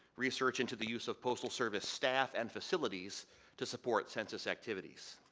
research into the use of postal service staff and facilities to support census activities.